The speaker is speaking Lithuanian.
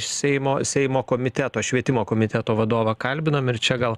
seimo seimo komiteto švietimo komiteto vadovą kalbinam ir čia gal